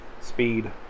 speed